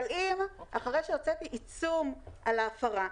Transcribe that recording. אבל אם אחרי שהוצאתי עיצום על ההפרה,